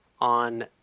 on